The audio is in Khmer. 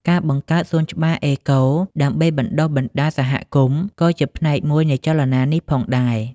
ការបង្កើតសួនច្បារអេកូ ដើម្បីបណ្តុះបណ្តាលសហគមន៍ក៏ជាផ្នែកមួយនៃចលនានេះផងដែរ។